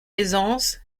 aisance